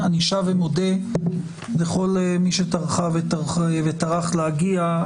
אני שב ומודה לכל מי שטרחה וטרח להגיע.